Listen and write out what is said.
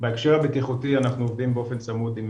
בהקשר הבטיחותי אנחנו עובדים באופן צמוד עם